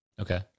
Okay